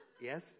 Yes